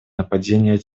нападений